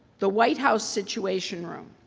the white house situation room.